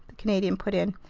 the canadian put in.